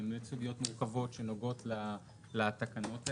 אלה באמת סוגיות מאוד מורכבות שנוגעות לתקנות האלה.